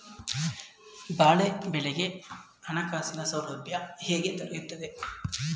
ಬಾಳೆ ಬೆಳೆಗೆ ಹಣಕಾಸಿನ ಸೌಲಭ್ಯ ಹೇಗೆ ದೊರೆಯುತ್ತದೆ?